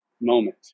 moment